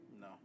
No